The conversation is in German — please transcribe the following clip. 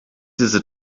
diese